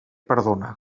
perdona